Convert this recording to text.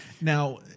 Now